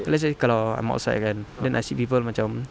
let's say kalau I'm outside kan then I see people macam